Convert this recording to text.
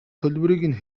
төлбөрийг